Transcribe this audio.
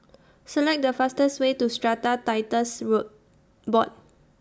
Select The fastest Way to Strata Titles Board